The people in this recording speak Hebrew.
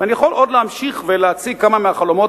ואני יכול עוד להמשיך ולהציג כמה מהחלומות